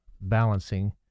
balancing